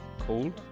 cold